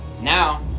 now